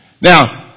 Now